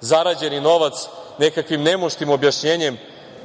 zarađeni novac nekakvim nemuštim objašnjenjem